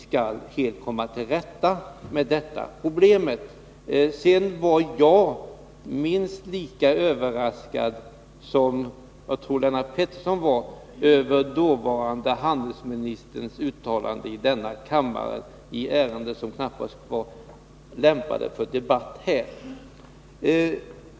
Sedan vill jag säga att jag var minst lika överraskad som troligtvis också Lennart Pettersson över dåvarande handelsministerns uttalande i denna kammare när det gällde ett ärende som knappast var lämpat för debatt här.